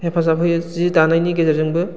हेफाजाब होयो सि दानायनि गेजेरजोंबो